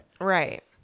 Right